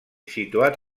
situat